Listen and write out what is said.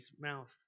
mouth